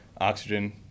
oxygen